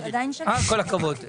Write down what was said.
כל הכבוד.